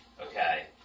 Okay